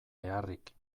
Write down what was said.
beharrik